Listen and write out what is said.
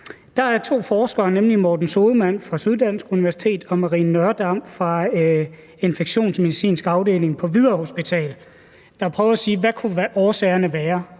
er der to forskere, nemlig Morten Sodemann fra Syddansk Universitet og Marie Nørdam fra infektionsmedicinsk afdeling på Hvidovre Hospital, der prøver at sige, hvad årsagerne kunne